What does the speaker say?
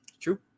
True